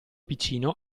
piccino